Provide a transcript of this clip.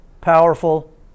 powerful